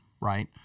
Right